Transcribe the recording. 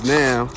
now